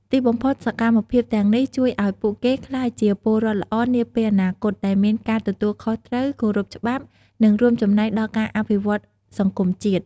ទីបំផុត សកម្មភាពទាំងនេះជួយអោយពួកគេ ក្លាយជាពលរដ្ឋល្អនាពេលអនាគត ដែលមានការទទួលខុសត្រូវ គោរពច្បាប់ និងរួមចំណែកដល់ការអភិវឌ្ឍសង្គមជាតិ។